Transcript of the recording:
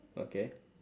okay